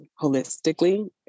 holistically